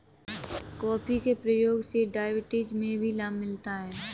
coffee के प्रयोग से डायबिटीज में भी लाभ मिलता है